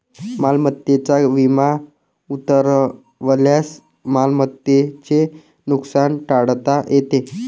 मालमत्तेचा विमा उतरवल्यास मालमत्तेचे नुकसान टाळता येते